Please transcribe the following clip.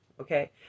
okay